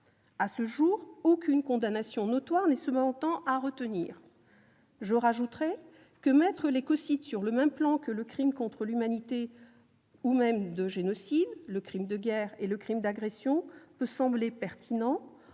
À ce jour, aucune condamnation notoire ne peut cependant être relevée. J'ajoute que, si mettre l'écocide sur le même plan que le crime contre l'humanité ou le génocide, le crime de guerre et le crime d'agression peut sembler pertinent,